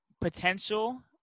potential